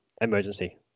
Emergency